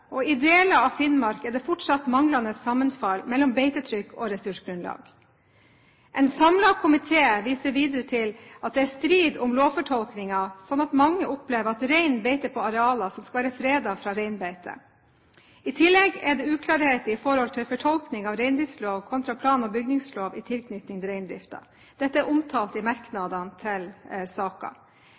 og i deler av Finnmark er det fortsatt manglende sammenfall mellom beitetrykk og ressursgrunnlag. En samlet komité viser videre til at det er strid om lovfortolkinger, slik at mange opplever at rein beiter på arealer som skal være fredet fra reinbeite. I tillegg er det uklarheter om fortolkning av reindriftslov kontra plan- og bygningslov i tilknytning til reindriften. Dette er omtalt i merknadene til